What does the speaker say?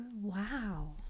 wow